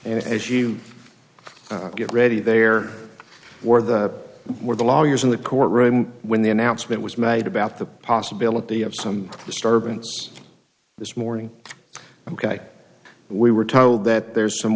know as you get ready there were the were the lawyers in the courtroom when the announcement was made about the possibility of some disturbance this morning ok we were told that there's some